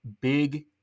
big